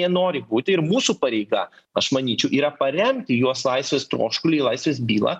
jie nori būti ir mūsų pareiga aš manyčiau yra paremti juos laisvės troškulį laisvės bylą